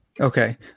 Okay